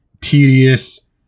tedious